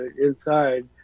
inside